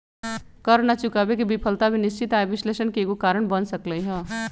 कर न चुकावे के विफलता भी निश्चित आय विश्लेषण के एगो कारण बन सकलई ह